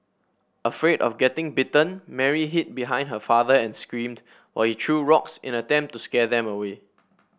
afraid of getting bitten Mary hid behind her father and screamed while he threw rocks in attempt to scare them away